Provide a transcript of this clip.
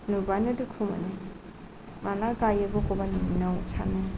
नुब्लानो दुखु मोनो माब्ला गायो भगबाननि अननायाव सानो